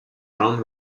round